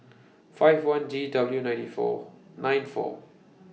five one G W ninety four nine four